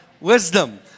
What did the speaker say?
wisdom